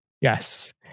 Yes